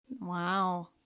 wow